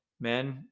Men